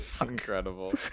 Incredible